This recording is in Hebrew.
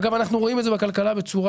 אגב, אנחנו רואים את זה בכלכלה בצורה,